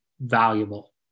valuable